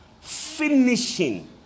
finishing